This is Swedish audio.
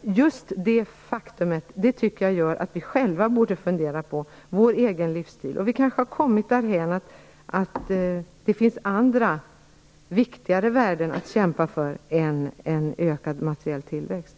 Just detta faktum tycker jag gör att vi själva borde fundera på vår egen livsstil. Vi har kanske kommit dithän att det finns andra, viktigare, värden att kämpa för än ökad materiell tillväxt.